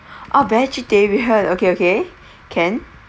orh vegetarian okay okay can